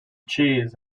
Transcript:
cheese